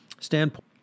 standpoint